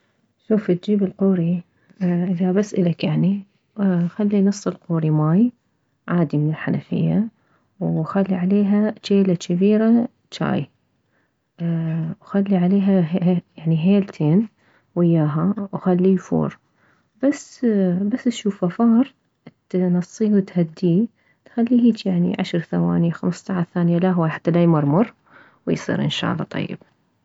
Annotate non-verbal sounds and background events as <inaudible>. شوف تجيب القوري اذا بس الك يعني خلي نص القوري ماي عادي من الحنفية وخلي عليها جيلة جبيرة جاي وخلي عليها يعني <hesitation> هيلتين وياها وخليه يفور بس تشوفه فار تنصيه وتهديه تخليه هيجي يعني عشر ثواني خمسطعش ثانية لا هواي حتى لايمرمر وان شالله يصير طيب